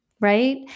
Right